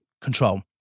control